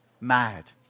mad